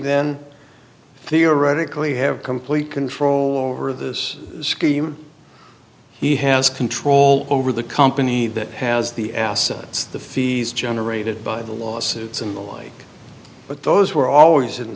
then theoretically have complete control over this scheme he has control over the company that has the assets the fees generated by the lawsuits and the like but those were always in